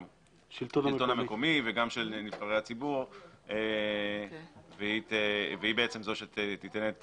השלטון המקומי וגם של נבחרי הציבור והיא בעצם זו שתיתן את